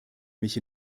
mich